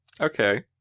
Okay